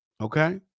Okay